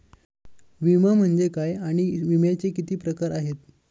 विमा म्हणजे काय आणि विम्याचे किती प्रकार आहेत?